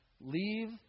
Leave